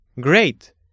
Great